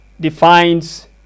defines